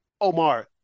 Omar